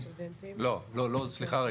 לא לא לא סליחה.